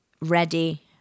ready